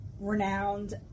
renowned